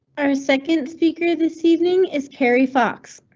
our second speaker this evening is cari fox.